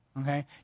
Okay